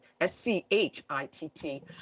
S-C-H-I-T-T